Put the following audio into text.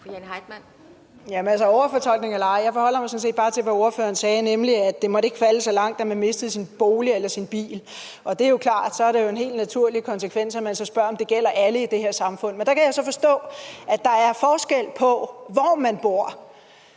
jeg forholder mig sådan set bare til, hvad ordføreren sagde, nemlig at det ikke måtte falde så meget, at man mistede sin bolig eller sin bil. Og det er jo klart, at det så er en helt naturlig konsekvens, at man så spørger, om det gælder alle i det her samfund. Men der kan jeg så forstå, at der er forskel, i forhold